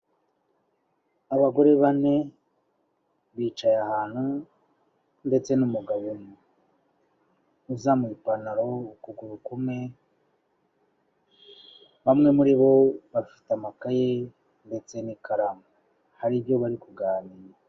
Abagore bane bicaye ahantu, ndetse n'umugabo umwe uzamuye ipantaro ukuguru kumwe, bamwe muri bo bafite amakaye ndetse n'ikaramu hari ibyo bari kuganira.